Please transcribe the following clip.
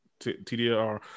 TDR